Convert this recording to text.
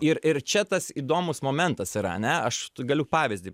ir ir čia tas įdomus momentas yra ne aš galiu pavyzdį